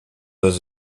dass